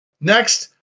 Next